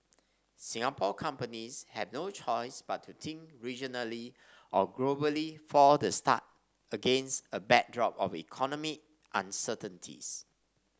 Singapore companies have no choice but to think regionally or globally for the start against a backdrop of economic uncertainties